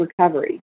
recovery